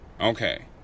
Okay